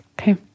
Okay